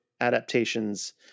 adaptations